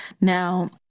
Now